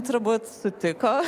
turbūt sutiko